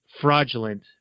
fraudulent